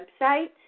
website